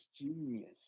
genius